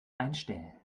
einstellen